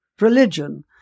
religion